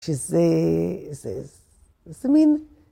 ‫שזה... זה מין...